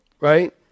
Right